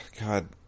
God